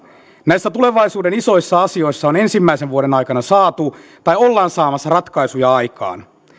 näissä tulevaisuuden isoissa asioissa on ensimmäisen vuoden aikana saatu tai ollaan saamassa ratkaisuja aikaan